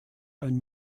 ein